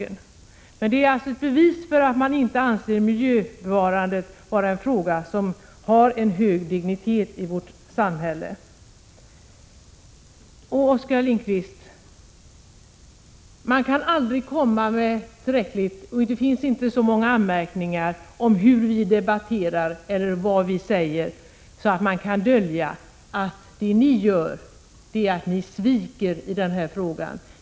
Men förslaget är alltså ett bevis för att man inte anser miljöbevarandet vara en fråga som har hög dignitet i vårt samhälle. Och, Oskar Lindkvist, det finns inte så många anmärkningar att komma med om hur vi debatterar eller vad vi säger, att ni kan dölja att vad ni gör är att ni sviker i den här frågan.